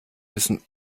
müssen